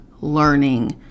learning